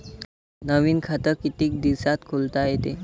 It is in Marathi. नवीन खात कितीक दिसात खोलता येते?